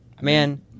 Man